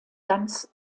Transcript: ganz